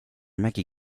mägi